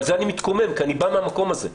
על זה אני מתקומם, כי אני בא מהמקום הזה.